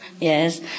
Yes